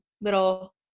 little